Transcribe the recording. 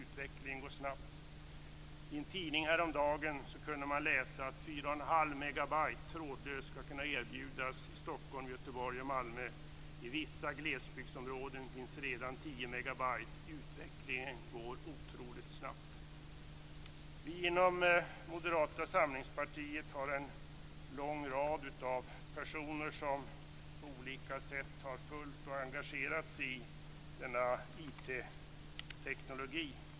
Utvecklingen går snabbt. I en tidning häromdagen kunde man läsa att 4 1⁄2 megabyte trådlöst skall kunna erbjudas i Stockholm, Göteborg och Malmö. I vissa glesbygdsområden finns redan 10 megabyte. Utvecklingen går otroligt snabbt.